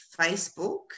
Facebook